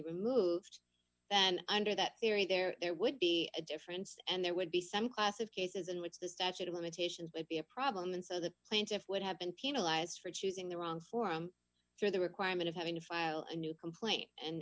removed and under that theory there would be a difference and there would be some class of cases in which the statute of limitations would be a problem and so the plaintiffs would have been penalized for choosing the wrong forum for the requirement of having to file a new complaint and